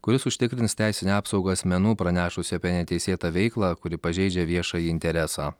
kuris užtikrins teisinę apsaugą asmenų pranešusių apie neteisėtą veiklą kuri pažeidžia viešąjį interesą